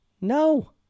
No